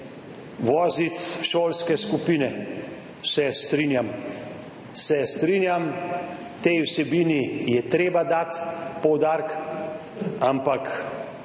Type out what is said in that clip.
voziti šolske skupine. Se strinjam, se strinjam, tej vsebini je treba dati poudarek, ampak